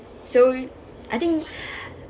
so I think